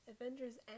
Avengers